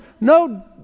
no